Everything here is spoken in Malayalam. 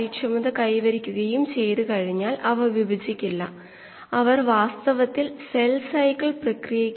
അത് അണുവിമുക്തമാണ് അതിനാൽ ഇത് അണുവിമുക്തമായ ഫീഡ് ആണ്